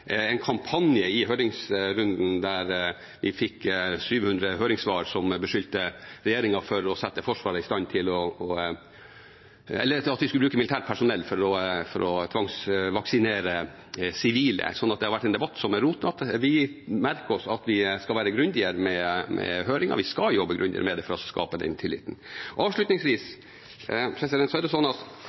en kampanje i høringsrunden – vi fikk 700 høringssvar som beskyldte regjeringen for å ville bruke militært personell til å tvangsvaksinere sivile. Det har vært en rotete debatt. Vi merker oss at vi skal være grundigere i forbindelse med høringer. Vi skal jobbe grundigere for å skape den tilliten. Avslutningsvis: Når det sies at vi ikke har hatt behov for å bruke loven, er det helt riktig. Det kommer av at